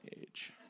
age